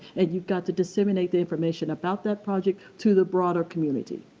and you've got to disseminate the information about that project to the broader community.